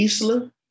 Isla